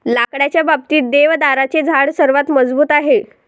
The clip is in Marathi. लाकडाच्या बाबतीत, देवदाराचे झाड सर्वात मजबूत आहे